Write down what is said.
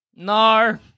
No